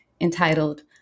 entitled